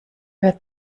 wird